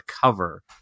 cover